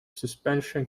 suspension